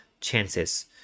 chances